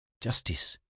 justice